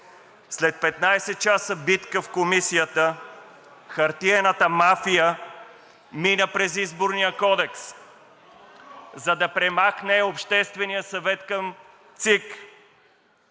След 15 часа битка в Комисията хартиената мафия мина през Изборния кодекс, за да премахне Обществения съвет към